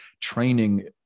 training